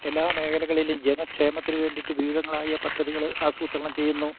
എല്ലാ മേഖലകളിലും ജനക്ഷേമത്തിന് വേണ്ടിയിട്ട് വിവിധങ്ങളായ പദ്ധതികൾ ആസൂത്രണം ചെയ്യുന്നു